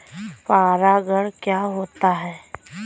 परागण क्या होता है?